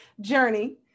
journey